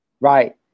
Right